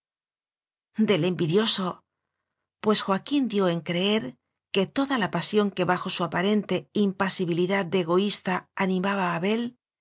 del envidioso pues joaquín dio en creer que toda la pasión que bajo su aparen te impasibilidad de egoísta animaba a abel